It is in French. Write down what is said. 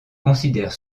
considèrent